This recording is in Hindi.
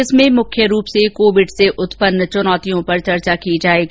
इसमें मुख्य रूप से कोविड से उत्पन्न चुनौतियों पर चर्चा की जाएगी